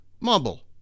Mumble